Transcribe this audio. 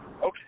Okay